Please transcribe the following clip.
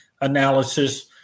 analysis